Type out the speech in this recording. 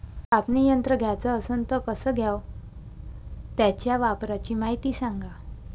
कापनी यंत्र घ्याचं असन त कस घ्याव? त्याच्या वापराची मायती सांगा